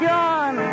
John